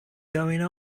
going